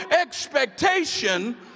expectation